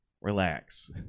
relax